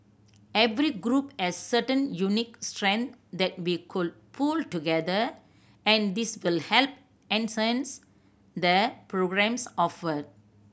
every group as certain unique strength that we could pool together and this will help enhance the programmes offered